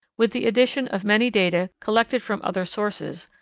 with the addition of many data collected from other sources,